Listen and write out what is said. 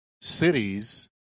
cities